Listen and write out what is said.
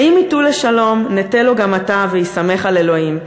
ואם ייטו לשלום, נטה לו גם אתה והיסמך על אלוהים.